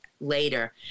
later